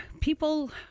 People